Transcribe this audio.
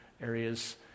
areas